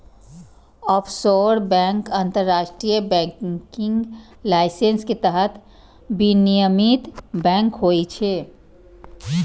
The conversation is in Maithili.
ऑफसोर बैंक अंतरराष्ट्रीय बैंकिंग लाइसेंस के तहत विनियमित बैंक होइ छै